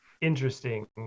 interesting